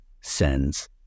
sends